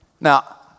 Now